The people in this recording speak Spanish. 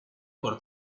por